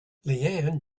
leanne